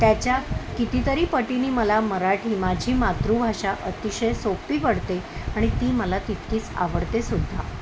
त्याच्या कितीतरीपटीनी मला मराठी माझी मातृभाषा अतिशय सोपी पडते आणि ती मला तितकीच आवडतेसुद्धा